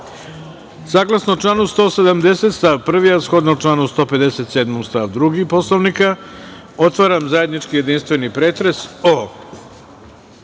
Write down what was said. članu 170. stav 1, a shodno članu 157. stav 2. Poslovnika, otvaram zajednički jedinstveni pretres